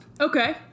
Okay